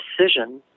decision